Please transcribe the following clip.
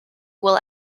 will